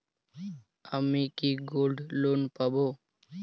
আমি কি gold loan পাবো?